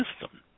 system